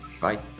Bye